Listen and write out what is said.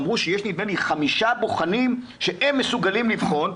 אמרו שיש חמישה בוחנים שמסוגלים לבחון,